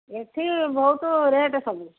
ଏଠି ବହୁତ ରେଟ୍ ସବୁ